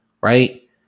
right